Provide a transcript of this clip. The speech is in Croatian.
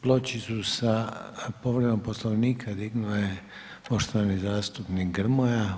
Pločicu sa povredom Poslovnika dignuo je poštovani zastupnik Grmoja.